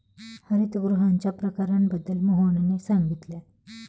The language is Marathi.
हरितगृहांच्या प्रकारांबद्दल मोहनने सांगितले